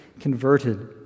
converted